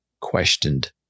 questioned